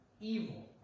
evil